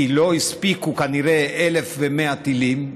כי לא הספיקו כנראה 1,100 טילים,